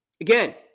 Again